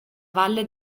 valle